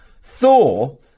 Thor